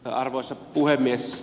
arvoisa puhemies